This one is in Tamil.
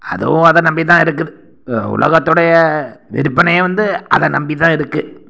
அதுவும் அதை நம்பி தான் இருக்குது உலகத்தோடைய விற்பனையே வந்து அதை நம்பி தான் இருக்கு